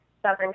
Southern